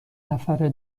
نفره